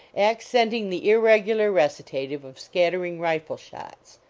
accenting the irregular recita tive of scattering rifle shots.